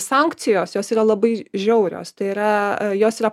sankcijos jos yra labai žiaurios tai yra jos yra